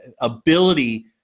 ability